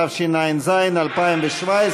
התשע"ז 2017,